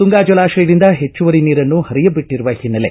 ತುಂಗಾ ಜಲಾಶಯದಿಂದ ಹೆಚ್ಚುವರಿ ನೀರನ್ನು ಹರಿಯಬಿಟ್ಟರುವ ಹಿನ್ನೆಲೆ